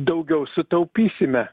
daugiau sutaupysime